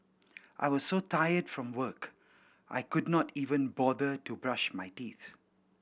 I was so tired from work I could not even bother to brush my teeth